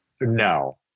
No